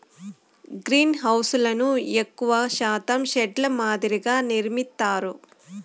గ్రీన్హౌస్లను ఎక్కువ శాతం షెడ్ ల మాదిరిగానే నిర్మిత్తారు